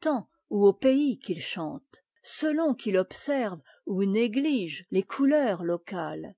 temps ou au pays qu'il chante selon qu'il observe ou néglige les couleurs locales